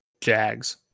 Jags